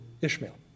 Ishmael